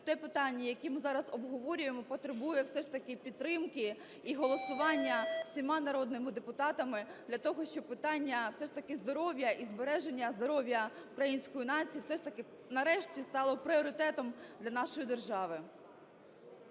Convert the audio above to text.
те питання, яке ми зараз обговорюємо, потребує все ж таки підтримки і голосування всіма народними депутатами для того, щоб питання все ж таки здоров'я і збереження здоров'я української нації все ж таки нарешті стало пріоритетом для нашої держави.